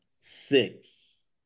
six